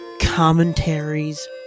commentaries